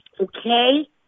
Okay